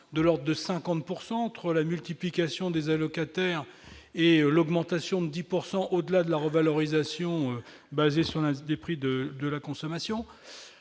de l'ordre de 50 %, du fait de la multiplication des allocataires et de l'augmentation de 10 % au-delà de la revalorisation basée sur l'indice des prix à la consommation